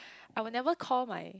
I will never call my